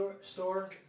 store